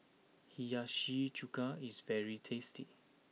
Hiyashi Chuka is very tasty